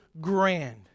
grand